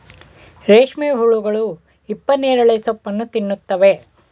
ರೇಷ್ಮೆ ಹುಳುಗಳು ಹಿಪ್ಪನೇರಳೆ ಸೋಪ್ಪನ್ನು ತಿನ್ನುತ್ತವೆ